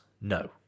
No